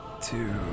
Two